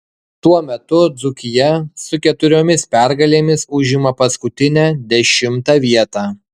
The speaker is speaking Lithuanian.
tuo metu dzūkija su keturiomis pergalėmis užima paskutinę dešimtą vietą